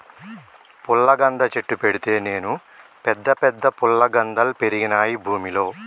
పుల్లగంద చెట్టు పెడితే నేను పెద్ద పెద్ద ఫుల్లగందల్ పెరిగినాయి భూమిలో